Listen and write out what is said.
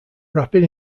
rapid